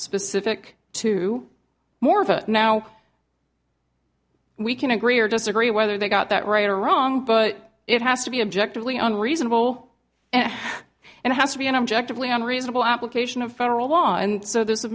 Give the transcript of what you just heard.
specific to more of it now we can agree or disagree whether they got that right or wrong but it has to be objectively on reasonable and and it has to be an objectively unreasonable application of federal law and so th